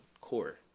core